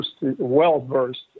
well-versed